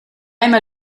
einmal